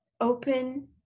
open